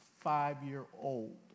five-year-old